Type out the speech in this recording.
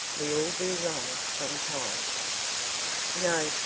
we all do wrong sometimes no,